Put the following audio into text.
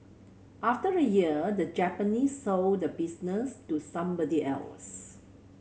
after a year the Japanese sold the business to somebody else